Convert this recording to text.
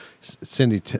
Cindy